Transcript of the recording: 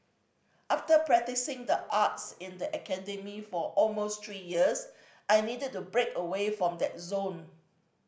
after practising the arts in the academy for almost three years I needed to break away from that zone